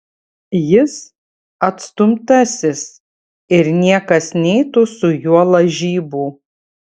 jis atstumtasis ir niekas neitų su juo lažybų